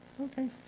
okay